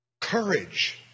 courage